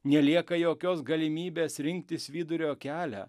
nelieka jokios galimybės rinktis vidurio kelią